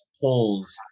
polls